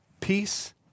Peace